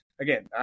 again